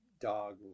dog